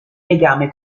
legame